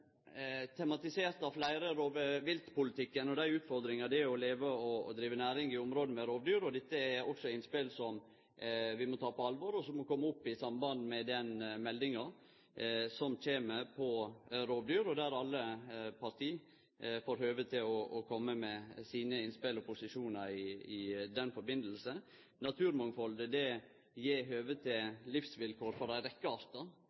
tematisert av fleire. Dette er også innspel som vi må ta på alvor, og som må kome opp i samband med den meldinga som kjem om rovdyr, der alle parti får høve til å kome med sine innspel og posisjonar i samband med det. Naturmangfaldet gjev høve til livsvilkår for ei rekkje artar. Eit aktivt landbruk er med og sikrar eit rikt biologisk mangfald som ikkje hadde vore der utan. Vi i Senterpartiet er opptekne av det